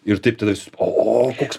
ir taip tada jis o koks